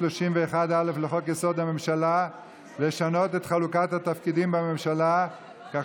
31(א) לחוק-יסוד: הממשלה לשנות את חלוקת התפקידים בממשלה כך